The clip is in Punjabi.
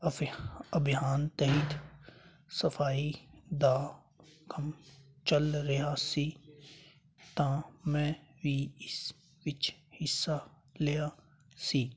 ਅਭਿ ਅਭਿਆਨ ਤਹਿਤ ਸਫ਼ਾਈ ਦਾ ਕੰਮ ਚੱਲ ਰਿਹਾ ਸੀ ਤਾਂ ਮੈਂ ਵੀ ਇਸ ਵਿੱਚ ਹਿੱਸਾ ਲਿਆ ਸੀ